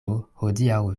hodiaŭ